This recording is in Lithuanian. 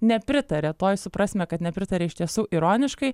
nepritaria tuoj suprasime kad nepritaria iš tiesų ironiškai